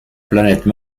planète